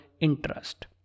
interest